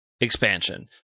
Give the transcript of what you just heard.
expansion